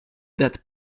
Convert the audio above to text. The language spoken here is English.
that